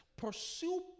pursue